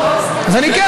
אז כן,